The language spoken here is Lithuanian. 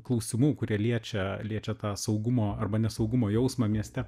klausimų kurie liečia liečia tą saugumo arba nesaugumo jausmą mieste